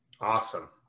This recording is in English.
Awesome